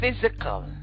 physical